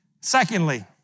Secondly